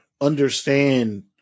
understand